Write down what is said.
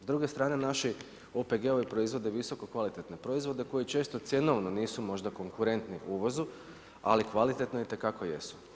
S druge strane naši OPG-ovi proizvodi visoko kvalitetne proizvode koji često cjenovno nisu možda konkurentni uvozu, ali kvalitetni itekako jesu.